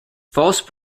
false